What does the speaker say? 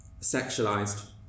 sexualized